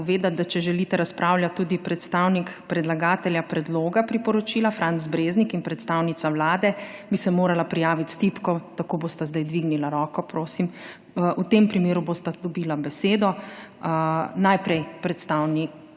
povedati, da če želite razpravljati tudi predstavnik predlagatelja predloga priporočila, Franc Breznik in predstavnica Vlade, bi se morala prijaviti s tipko, tako bosta zdaj dvignila roko, prosim. V tem primeru bosta dobila besedo, najprej predstavnica